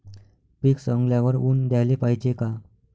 पीक सवंगल्यावर ऊन द्याले पायजे का?